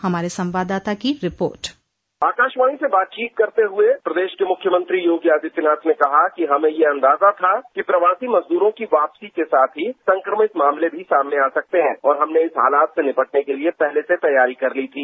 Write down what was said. हमारे संवाददाता की रिपोर्ट आकाशवाणी से बातचीत करते हुए प्रदेश के मुख्यमंत्री योगी आदित्यनाथ ने कहा कि हमें ये अंदाजा था कि प्रवासी मजदूरो की वापसी के साथ ही संक्रमित मामले भी आ सकते हैं और हमने इस हालात के लिए पहले से तैयारी कर ली थी